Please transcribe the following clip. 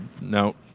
No